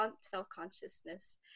self-consciousness